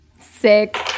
Six